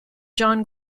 john